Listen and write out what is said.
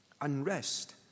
unrest